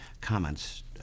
comments